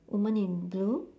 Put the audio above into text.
woman in blue